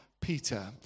Peter